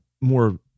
more